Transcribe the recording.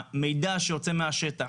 המידע שיוצא מהשטח,